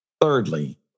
Thirdly